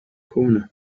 corner